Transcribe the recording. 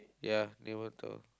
ya name of the towel